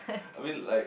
a bit like